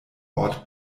ort